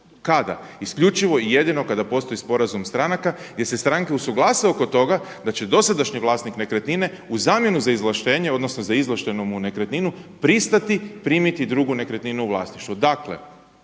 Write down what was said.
Kada? Isključivo i jedino kada postoji sporazum stranaka gdje se strane usuglase oko toga da će dosadašnji vlasnik nekretnine u zamjenu za izvlaštenje odnosno za izvlaštenu mu nekretninu pristati primiti drugu nekretninu u vlasništvo. Dakle,